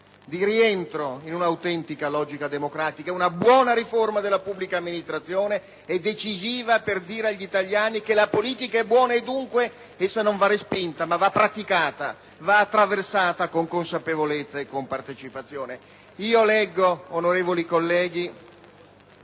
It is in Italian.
di rientro in un'autentica logica democratica. Una buona riforma della pubblica amministrazione è decisiva per dire agli italiani che la politica è buona e dunque essa non va respinta, ma va praticata, va attraversata con consapevolezza e con partecipazione. *(Brusìo).* PRESIDENTE. Colleghi,